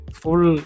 full